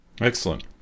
Excellent